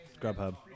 Grubhub